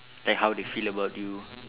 like how they feel about you